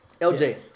LJ